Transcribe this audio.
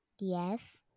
Yes